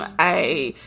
i.